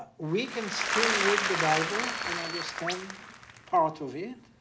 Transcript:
we can still read the bible and understand part of it.